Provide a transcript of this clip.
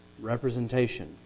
representation